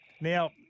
Now